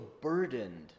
burdened